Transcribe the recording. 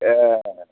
ए